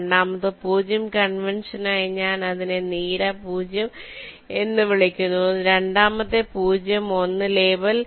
രണ്ടാമത്തേത് 0 കൺവെൻഷനായി ഞാൻ അതിനെ നീല 0 എന്ന് വിളിക്കുന്നു രണ്ടാമത്തെ 0 I ലേബൽ